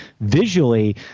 visually